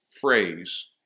phrase